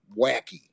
wacky